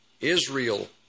Israel